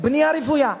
בנייה רוויה.